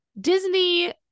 disney